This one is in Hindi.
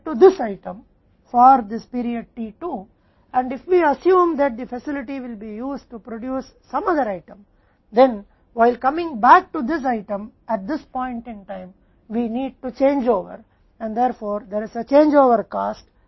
तो कुछ अर्थों में सुविधा इस अवधि t 2 के लिए इस मद के संबंध में व्यस्त नहीं है और अगर हम यह मानते हैं कि इस मद में वापस आने के दौरान सुविधा का उपयोग किसी अन्य वस्तु का उत्पादन करने के लिए किया जाएगा इस समय हमें बदलाव लाने की जरूरत है